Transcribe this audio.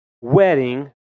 wedding